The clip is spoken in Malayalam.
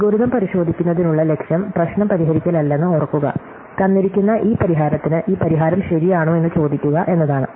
അൽഗോരിതം പരിശോധിക്കുന്നതിലുള്ള ലക്ഷ്യം പ്രശ്നം പരിഹരിക്കലല്ലെന്ന് ഓർക്കുക തന്നിരിക്കുന്ന ഈ പരിഹാരത്തിന് ഈ പരിഹാരം ശരിയാണോ എന്ന് ചോദിക്കുക എന്നതാണ്